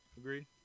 agreed